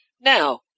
Now